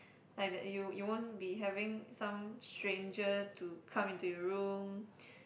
like that you you won't be having some stranger to come into your room